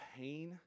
pain